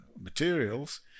materials